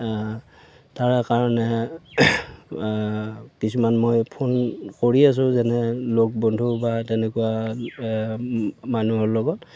তাৰকাৰণে কিছুমান মই ফোন কৰি আছো যেনে লগ বন্ধু বা তেনেকুৱা মানুহৰ লগত